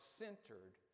centered